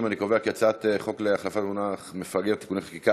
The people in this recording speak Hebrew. ההצעה להעביר את הצעת חוק להחלפת המונח מפגר (תיקוני חקיקה),